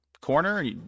corner